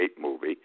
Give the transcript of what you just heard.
movie